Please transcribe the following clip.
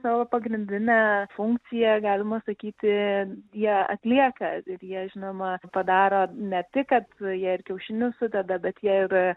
savo pagrindinę funkciją galima sakyti jie atlieka ir jie žinoma padaro ne tik kad jie ir kiaušinius sudeda bet jie ir